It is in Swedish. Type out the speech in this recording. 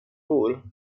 bor